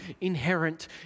inherent